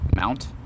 Mount